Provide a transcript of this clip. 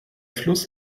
fluss